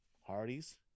Hardys